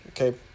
okay